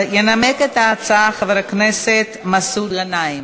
ינמק את ההצעה חבר הכנסת מסעוד גנאים.